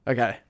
Okay